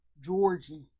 Georgie